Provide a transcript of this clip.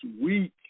week